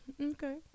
Okay